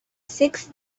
sixth